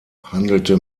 handelte